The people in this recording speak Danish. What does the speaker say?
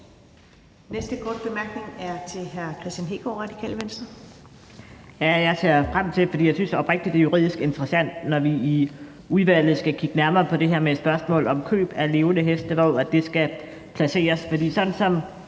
korte bemærkning er til hr. Kristian Hegaard, Radikale Venstre. Kl. 12:56 Kristian Hegaard (RV): Jeg ser frem til – fordi jeg oprigtig synes, at det er juridisk interessant – at vi i udvalget skal kigge nærmere på det her med spørgsmålet om køb af levende heste, og hvor det skal placeres.